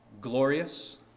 Glorious